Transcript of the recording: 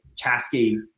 cascade